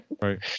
right